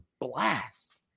blast